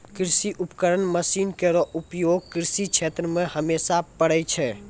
कृषि उपकरण मसीन केरो उपयोग कृषि क्षेत्र मे हमेशा परै छै